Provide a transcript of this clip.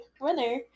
winner